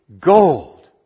gold